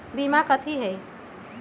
बीमा कथी है?